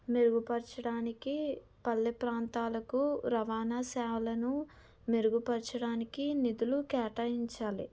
మెరుగుపరచడానికి పల్లె ప్రాంతాలకు రవాణా సేవలను మెరుగుపరచడానికి నిధులు కేటాయించాలి